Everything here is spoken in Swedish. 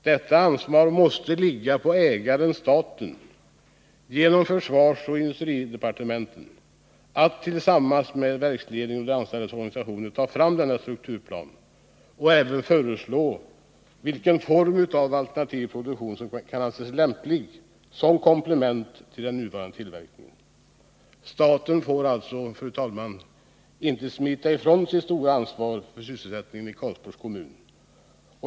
Det måste åligga ägaren-staten — genom försvarsoch industridepartementen — att tillsammans med verksledning och de anställdas organisationer ta fram denna strukturplan och även föreslå vilken form av alternativ produktion som kan anses lämplig som komplement till den nuvarande tillverkning Nr 122 en Onsdagen den Staten får alltså, fru talman, inte smita ifrån sitt stora ansvar för 16 april 1980 sysselsättningen i Karlsborgs kommun.